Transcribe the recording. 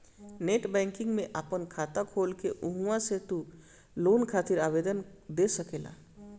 net banking में आपन खाता खोल के उहवा से तू लोन खातिर आवेदन दे सकेला